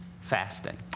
Fasting